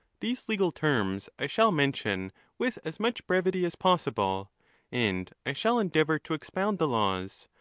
these legal terms, i shall mention with as much brevity as possible and i shall endeavour to expound the laws,